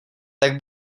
tak